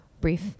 brief